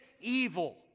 evil